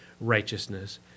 righteousness